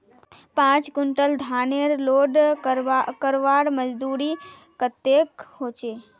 पाँच कुंटल धानेर लोड करवार मजदूरी कतेक होचए?